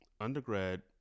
undergrad